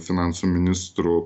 finansų ministrų